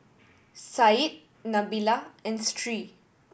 Said Nabila and Sri